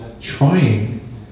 trying